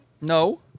No